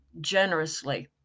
generously